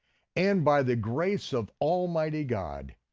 and by the grace of almighty god,